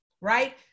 right